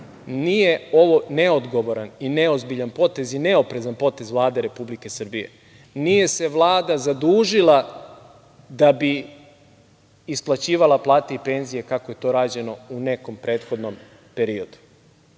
nije ovo neodgovoran, neozbiljan potez i neoprezan potez Vlade Republike Srbije. Nije se Vlada zadužila da bi isplaćivala plate i penzije kako je to rađeno u nekom prethodnom periodu,